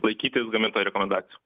laikytis gamintojo rekomendacijų